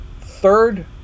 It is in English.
third